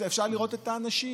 ואפשר לראות את האנשים,